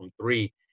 three